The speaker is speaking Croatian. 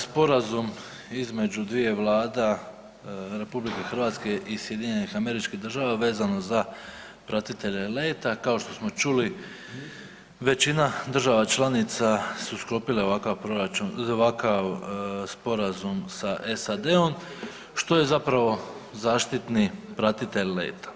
Sporazum između dvije vlada RH i SAD-a vezano za pratitelje leta, kao što smo čuli, većina država članica su sklopile ovakav proračun, ovakav sporazum sa SAD-om, što je zapravo zaštitni pratitelj leta.